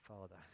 Father